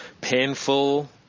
painful